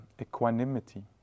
equanimity